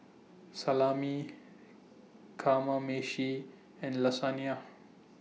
Salami Kamameshi and Lasagna